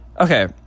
okay